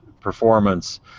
performance